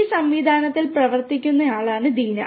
ഈ സംവിധാനത്തിൽ പ്രവർത്തിക്കുന്നയാളാണ് ദീന